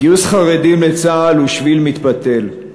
גיוס חרדים לצה"ל הוא שביל מתפתל.